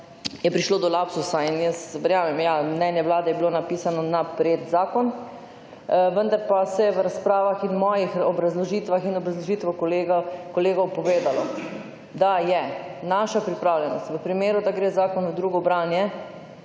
je prišlo do lapsusa in jaz verjamem, ja, mnenje vlade je bilo napisano na pred-zakon, vendar pa se je v razpravah in mojih obrazložitvah in obrazložitvah kolegov povedalo, da je naša pripravljenost v primeru, da gre zakon v drugo branje,